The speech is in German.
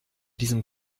diesem